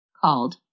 called